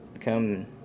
come